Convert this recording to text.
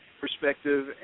perspective